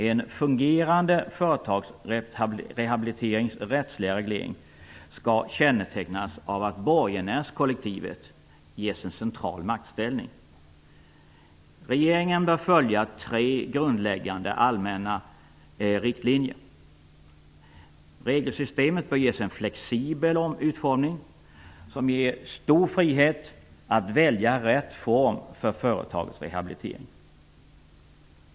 En fungerande företagsrehabiliteringsrättslig reglering skall kännetecknas av att borgenärskollektivet ges en central maktställning. Regeringen bör följa tre grundläggande allmänna riktlinjer. Regelsystemet bör ges en flexibel utformning som ger stor frihet att välja rätt form för företagets rehabilitering.